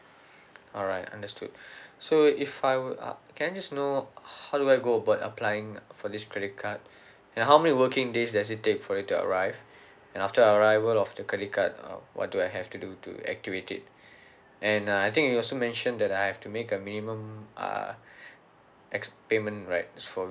alright understood so if I would can I just know how do I go about applying for this credit card and how may working days does it take for it to arrive and after arrival of the credit card um what do I have to do to activate it and uh I think you also mention that I have to make a minimum uh ex~ payment right it's for